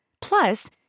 Plus